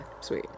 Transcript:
sweet